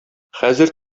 хәзер